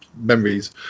memories